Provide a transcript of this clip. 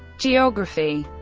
geography